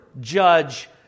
judge